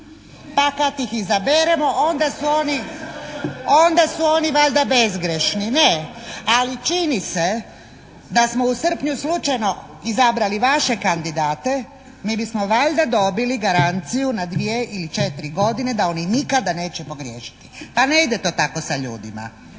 Pa kad ih izaberemo onda su oni valjda bezgrešni. Ne. Ali čini se da smo u srpnju slučajno izabrali vaše kandidate mi bismo valjda dobili garanciju na dvije i četiri godine da oni nikada neće pogriješiti. Pa ne ide to tako sa ljudima.